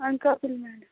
Anakapalli madam